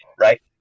right